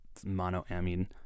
monoamine